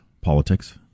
politics